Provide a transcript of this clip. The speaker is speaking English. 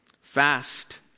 Fast